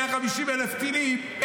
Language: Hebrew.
150,000 טילים.